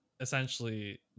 essentially